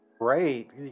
great